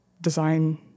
design